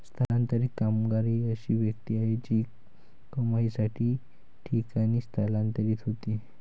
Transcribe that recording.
स्थलांतरित कामगार ही अशी व्यक्ती आहे जी कमाईसाठी ठिकाणी स्थलांतरित होते